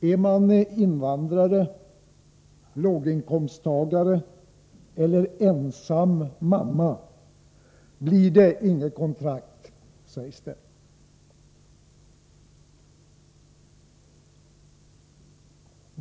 Är man invandrare, låginkomsttagare eller ensam mor blir det inget kontrakt, sägs det.